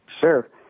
Sure